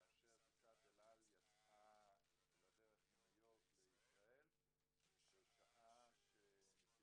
כאשר טיסת אל על יצאה לדרך מניו יורק לישראל בשעה שהמטוס,